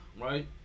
right